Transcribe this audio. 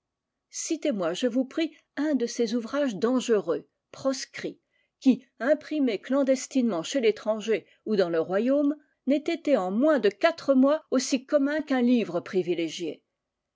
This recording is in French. citez moi je vous prie un de ces ouvrages dangereux proscrit qui imprimé clandestinement chez l'étranger ou dans le royaume n'ait été en moins de quatre mois aussi commun qu'un livre privilégié